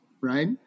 right